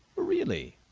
really!